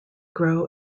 grow